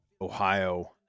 Ohio